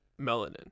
Melanin